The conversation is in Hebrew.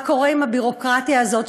מה קורה עם הביורוקרטיה הזאת,